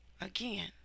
again